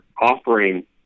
offering